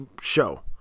show